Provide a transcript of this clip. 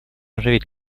оживить